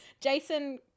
Jason